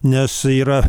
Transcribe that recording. nes yra